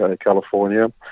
California